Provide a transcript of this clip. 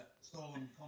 stolen